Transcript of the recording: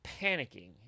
panicking